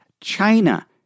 China